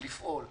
לפעול.